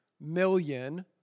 million